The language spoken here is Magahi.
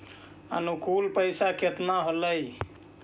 अनुकुल पैसा केतना होलय